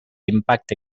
impacte